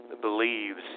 believes